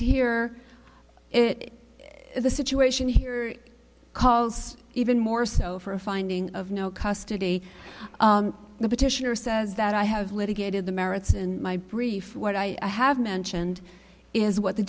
here it is the situation here calls even more so for a finding of no custody the petitioner says that i have litigated the merits in my brief what i have mentioned is what the